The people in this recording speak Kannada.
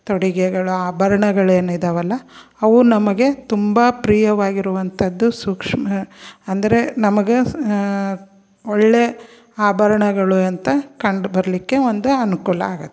ತೊಡುಗೆಗಳು ಆಭರಣಗಳೇನಿದವಲ್ಲ ಅವು ನಮಗೆ ತುಂಬ ಪ್ರಿಯವಾಗಿರುವಂಥದ್ದು ಸೂಕ್ಷ್ಮ ಅಂದರೆ ನಮ್ಗೆ ಒಳ್ಳೆ ಆಭರಣಗಳು ಅಂತ ಕಂಡು ಬರಲಿಕ್ಕೆ ಒಂದು ಅನುಕೂಲ ಆಗುತ್ತೆ